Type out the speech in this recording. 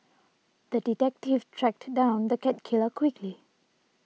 the detective tracked down the cat killer quickly